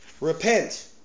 Repent